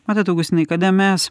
matot augustinai kada mes